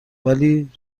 ولی